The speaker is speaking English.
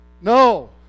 No